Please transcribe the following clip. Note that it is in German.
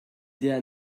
der